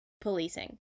policing